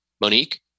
Monique